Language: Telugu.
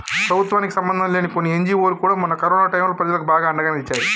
ప్రభుత్వానికి సంబంధంలేని కొన్ని ఎన్జీవోలు కూడా మొన్న కరోనా టైంలో ప్రజలకు బాగా అండగా నిలిచాయి